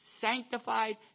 sanctified